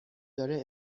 داره